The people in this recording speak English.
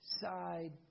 side